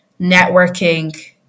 networking